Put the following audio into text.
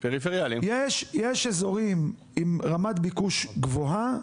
יש אזורים עם רמת ביקוש גבוהה,